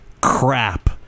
crap